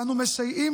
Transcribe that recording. ואנו מסייעים